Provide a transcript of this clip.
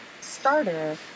starter